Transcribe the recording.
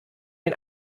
den